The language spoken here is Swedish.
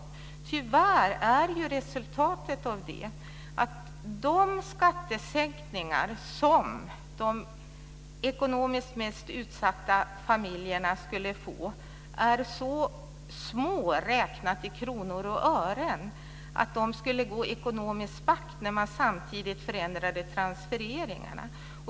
Men tyvärr är resultatet av detta att de skattesänkningar som de ekonomiskt mest utsatta familjerna skulle få är så små räknat i kronor och ören att familjerna skulle gå ekonomiskt back när man samtidigt förändrade transfereringarna.